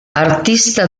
artista